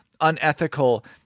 unethical